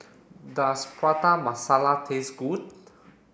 does Prata Masala taste good